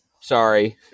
Sorry